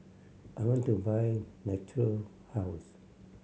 I want to buy Natura House